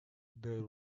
there